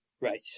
right